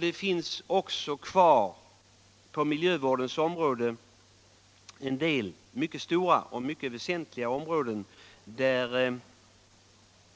Det finns också på miljövårdens område kvar en del mycket stora och mycket väsentliga delar där